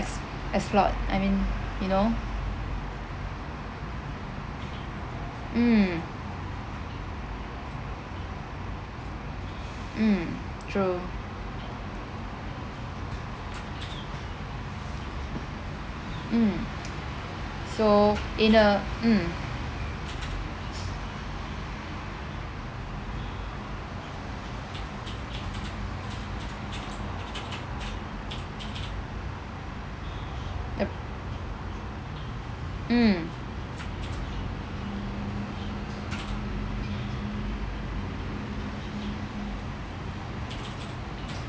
ex~ exploit I mean you know mm mm true mm so in a mm app~ mm